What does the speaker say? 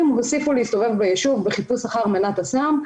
הוסיפו להסתובב ביישוב בחיפוש אחר מנת הסם,